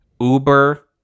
Uber